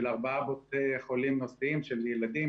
של ארבעה בתי חולים נוספים: ילדים,